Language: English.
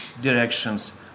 directions